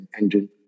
engine